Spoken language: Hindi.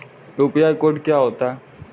यू.पी.आई कोड क्या होता है?